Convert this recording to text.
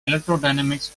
electrodynamics